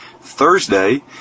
Thursday